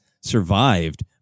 survived